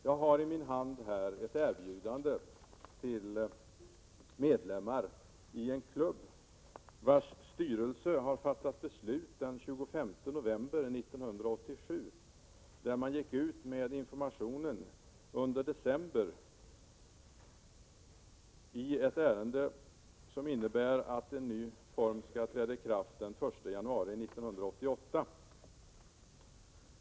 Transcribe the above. Jag har i min hand ett erbjudande till medlemmar i en klubb, vars styrelse har fattat beslut den 25 november 1987. Informationen gick ut under december i ett ärende som innebär att en ny form av försäkring skall träda i kraft den 1 januari 1988.